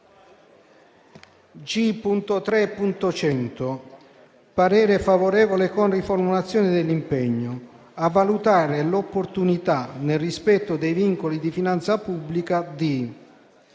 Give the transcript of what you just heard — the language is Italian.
esprimo parere favorevole con riformulazione dell'impegno in: «a valutare l'opportunità, nel rispetto dei vincoli di finanza pubblica, di